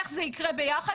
איך זה יקרה ביחד?